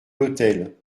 l’hôtel